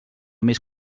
més